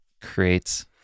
creates